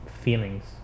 feelings